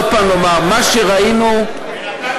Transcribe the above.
איפה